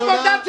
אתה חצוף יותר.